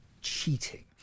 cheating